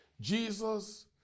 Jesus